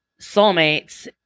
soulmates